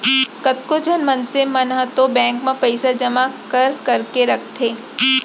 कतको झन मनसे मन ह तो बेंक म पइसा जमा कर करके रखथे